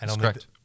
correct